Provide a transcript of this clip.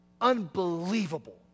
Unbelievable